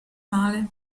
male